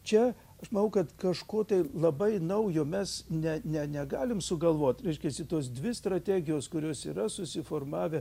čia aš manau kad kažko tai labai naujo mes ne ne negalim sugalvot reiškiasi tos dvi strategijos kurios yra susiformavę